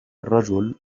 الرجل